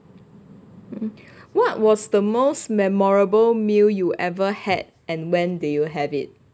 um what was the most memorable meal you ever had and when they you have it